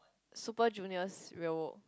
Super-Junior's Ryeowook